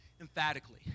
emphatically